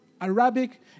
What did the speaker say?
Arabic